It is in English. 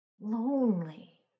lonely